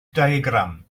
diagram